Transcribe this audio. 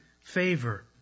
favor